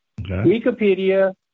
Wikipedia